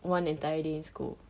one entire day in school